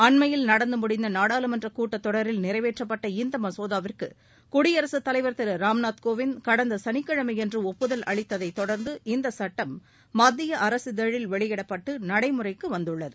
அண்மையில் நடந்து முடிந்த நாடாளுமன்ற கூட்டத்தொடரில் நிறைவேற்றப்பட்ட இம்மசோதாவிற்கு குடியரசுத்தலைவர் திரு ராம்நாத் கோவிந்த் கடந்த சனிக்கிழமையன்று ஒப்புதல் அளித்ததை தொடர்ந்து இந்தச் சட்டம் மத்திய அரசிதழில் வெளியிடப்பட்டு நடைமுறைக்கு வந்துள்ளது